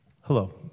Hello